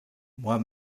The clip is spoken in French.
moi